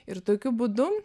ir tokiu būdu